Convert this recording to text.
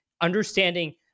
understanding